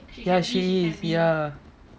ya she is ya